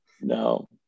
no